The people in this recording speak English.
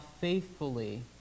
faithfully